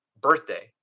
birthday